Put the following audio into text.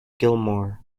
gilmore